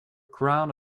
crowd